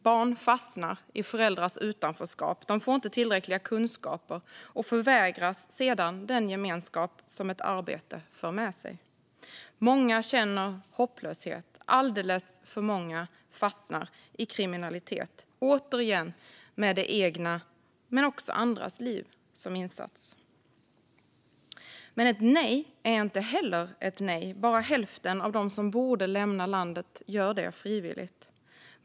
Barn fastnar i föräldrars utanförskap. De får inte tillräckliga kunskaper och förvägras sedan den gemenskap som ett arbete för med sig. Många känner hopplöshet. Alldeles för många fastnar i kriminalitet, återigen med det egna men också andras liv som insats. Men ett nej är inte heller ett nej. Bara hälften av de som borde lämna landet gör det frivilligt.